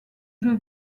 jeu